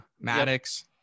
Maddox